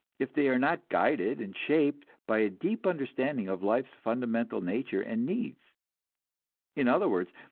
if they are not guided and shaped by a deep understanding of life's fundamental nature and needs in other words,